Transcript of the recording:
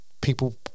people